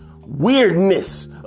weirdness